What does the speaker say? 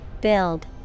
Build